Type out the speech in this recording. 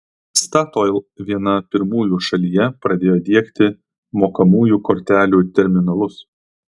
statoil viena pirmųjų šalyje pradėjo diegti mokamųjų kortelių terminalus